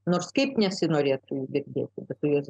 nors kaip nesinorėtų jų girdėti